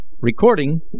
Recording